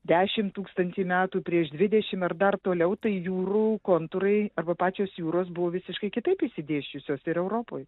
dešim tūkstantį metų prieš dvidešim ar dar toliau tai jūrų kontūrai arba pačios jūros buvo visiškai kitaip išsidėsčiusios ir europoj